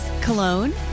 Cologne